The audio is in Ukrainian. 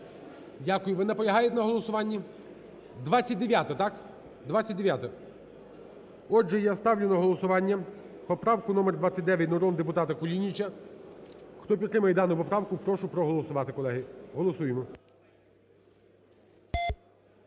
Дякую. Ви наполягаєте на голосуванні? 29-а, так? 29-а. Отже, я ставлю на голосування поправку номер 29 народного депутата Кулініча. Хто підтримує дану поправку, прошу проголосувати, колеги. Голосуємо.